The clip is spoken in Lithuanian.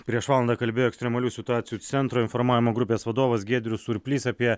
prieš valandą kalbėjo ekstremalių situacijų centro informavimo grupės vadovas giedrius surplys apie